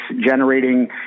generating